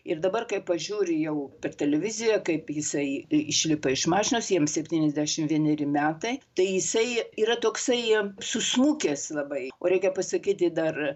ir dabar kai pažiūri jau per televiziją kaip jisai išlipa iš mašinos jam septyniasdešimt vieneri metai tai jisai yra toksai jiem susmukęs labai o reikia pasakyti dar